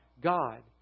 God